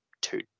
two